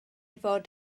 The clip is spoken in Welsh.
fod